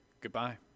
Goodbye